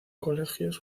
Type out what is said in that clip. colegios